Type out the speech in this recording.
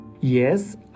Yes